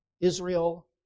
Israel